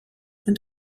and